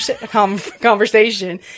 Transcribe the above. conversation